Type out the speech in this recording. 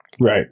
Right